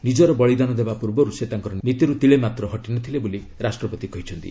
ନିଜର ବଳିଦାନ ଦେବା ପୂର୍ବରୁ ସେ ତାଙ୍କର ନୀତିରୁ ତିଳେମାତ୍ର ହଟି ନ ଥିଲେ ବୋଲି ରାଷ୍ଟ୍ରପତି କହିଛନ୍ତି